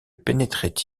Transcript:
pénétrait